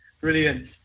Brilliant